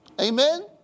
Amen